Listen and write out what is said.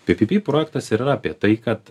ppp projektas ir yra apie tai kad